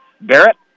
Barrett